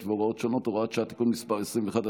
והוראות שונות) (הוראת שעה) (תיקון מס' 21),